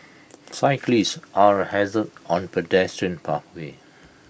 cyclists are A hazard on pedestrian pathways